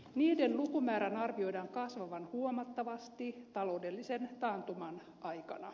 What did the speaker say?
niiden lukumäärän arvioidaan kasvavan huomattavasti taloudellisen taantuman aikana